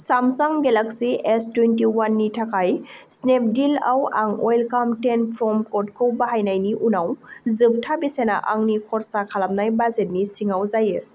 Samsung Galaxy S twenty one नि थाखाय स्नेपडिलाव आं अवेलकाम टेन फ्रम कडखौ बाहायनायनि उनाव जोबथा बेसेना आंनि खरसा खालामनाय बाजेटनि सिङाव जायो